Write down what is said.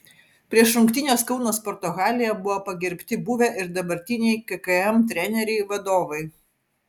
prieš rungtynes kauno sporto halėje buvo pagerbti buvę ir dabartiniai kkm treneriai vadovai